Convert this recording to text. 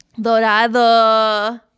Dorado